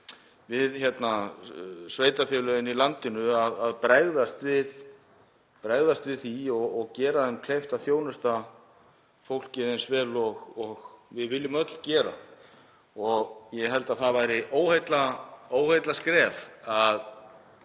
við sveitarfélögin í landinu að bregðast við því og gera þeim kleift að þjónusta fólkið eins vel og við viljum öll gera. Ég held að það væri óheillaskref að